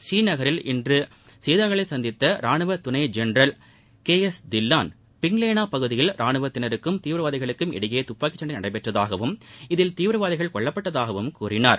புநீநகரில் இன்று செய்தியாளர்களை சந்தித்த ரானுவ துணை general K S Diwan Pinglena பகுதியில் ராணுவத்திற்கும் தீவிரவாதிகளுக்கும் இடையே துப்பாக்கி சண்டை நடந்ததாகவும் இதில் தீவிரவாதிகள் கொல்லப்பட்டதாகவும் கூறினார்